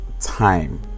time